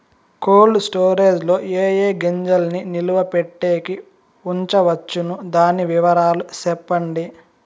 Cold storage లో ఏ ఏ గింజల్ని నిలువ పెట్టేకి ఉంచవచ్చును? దాని వివరాలు సెప్పండి?